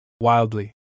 wildly